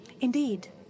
Indeed